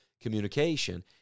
communication